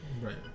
right